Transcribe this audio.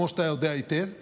כמו שאתה יודע היטב,